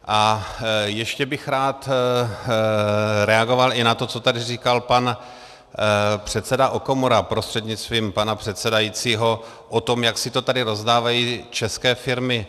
A ještě bych rád reagoval i na to, co tady říkal pan předseda Okamura prostřednictvím pana předsedajícího, o tom, jak si to tady rozdávají české firmy.